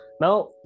Now